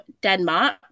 Denmark